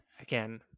Again